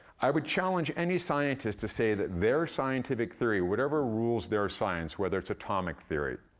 i would challenge any scientist to say that their scientific theory, whatever rules their science whether it's atomic theory,